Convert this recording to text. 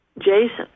Jason